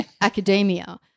academia